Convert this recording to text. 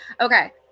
Okay